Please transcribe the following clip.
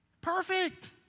Perfect